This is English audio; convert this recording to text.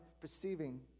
perceiving